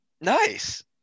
Nice